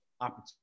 opportunity